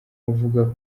uvuga